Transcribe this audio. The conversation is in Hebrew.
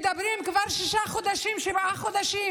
כבר שישה חודשים, שבעה חודשים,